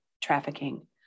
trafficking